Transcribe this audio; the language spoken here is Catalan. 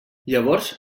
llavors